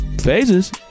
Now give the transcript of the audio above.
Phases